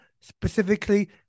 specifically